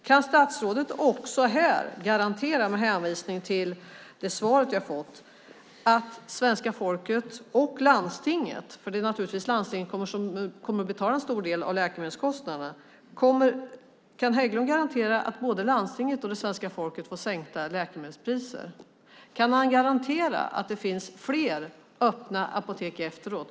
Kan statsrådet också här, med hänvisning till det svar vi har fått, garantera att både svenska folket och landstingen, för det är naturligtvis landstingen som kommer att betala en stor del av läkemedelskostnaderna, får sänkta läkemedelspriser? Kan han garantera att det finns fler öppna apotek efteråt?